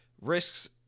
risks